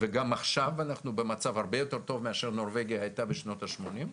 וגם עכשיו אנחנו במצב הרבה יותר טוב מאשר נורבגיה הייתה בשנות ה-80',